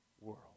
world